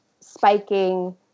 spiking